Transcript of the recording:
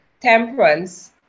temperance